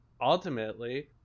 ultimately